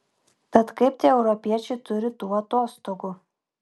tad kaip tie europiečiai turi tų atostogų